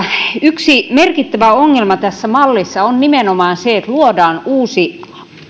yksi merkittävä ongelma tässä mallissa on nimenomaan se että luodaan uusi